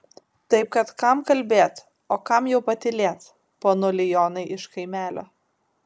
taip kad kam kalbėt o kam jau patylėt ponuli jonai iš kaimelio